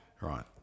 Right